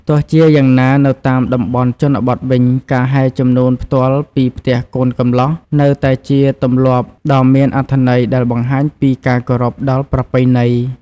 ទោះជាយ៉ាងណា នៅតាមតំបន់ជនបទវិញ ការហែជំនូនផ្ទាល់ពីផ្ទះកូនកំលោះ នៅតែជាទម្លាប់ដ៏មានអត្ថន័យដែលបង្ហាញពីការគោរពដល់ប្រពៃណី។